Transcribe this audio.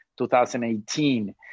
2018